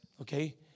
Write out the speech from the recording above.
Okay